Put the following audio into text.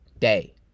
day